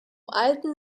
alten